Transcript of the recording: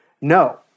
no